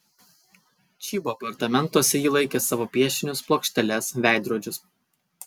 čybo apartamentuose ji laikė savo piešinius plokšteles veidrodžius